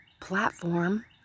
platform